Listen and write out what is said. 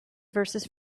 verses